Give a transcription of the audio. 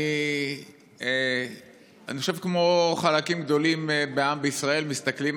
אני כמו חלקים גדולים בעם בישראל שמסתכלים